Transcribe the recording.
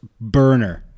burner